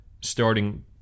starting